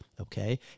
okay